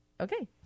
Okay